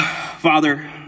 Father